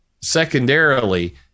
secondarily